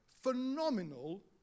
phenomenal